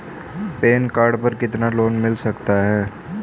Pan card पर कितना loan मिल सकता है?